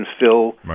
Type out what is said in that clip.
fill